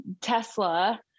Tesla